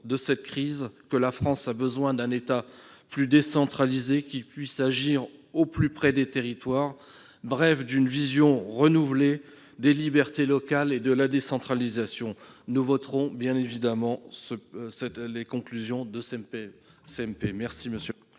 de cette crise que la France a besoin d'un État plus décentralisé, qui puisse agir au plus près des territoires, bref, d'une vision renouvelée des libertés locales et de la décentralisation. Nous voterons bien évidemment les conclusions de la commission